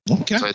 Okay